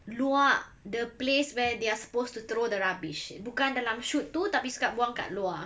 luar the place where they are supposed to throw the rubbish bukan dalam chute tu tapi ska~ buang dekat luar